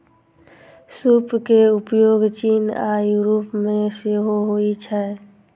सूप के उपयोग चीन आ यूरोप मे सेहो होइ छै